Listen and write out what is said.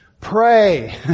pray